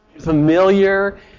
familiar